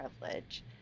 privilege